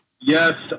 Yes